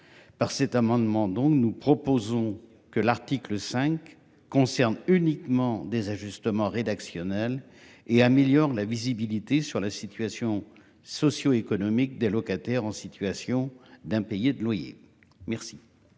Par cet amendement. Donc nous proposons que l'article 5 concerne uniquement des ajustements rédactionnels et améliore la visibilité sur la situation socio-économique des locataires en situation d'impayés de loyers. Merci.